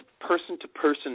person-to-person